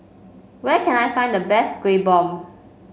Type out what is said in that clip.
where can I find the best Kueh Bom